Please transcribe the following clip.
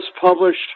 published